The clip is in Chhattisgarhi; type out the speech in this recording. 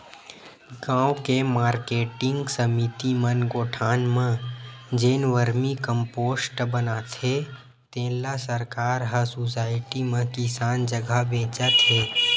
गाँव के मारकेटिंग समिति मन गोठान म जेन वरमी कम्पोस्ट बनाथे तेन ल सरकार ह सुसायटी म किसान जघा बेचत हे